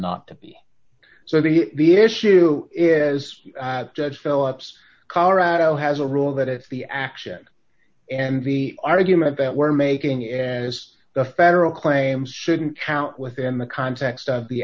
not to be so the the issue is judge phillips colorado has a rule that if the action and the argument that we're making as the federal claim shouldn't count within the context of the